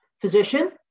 physician